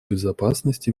безопасность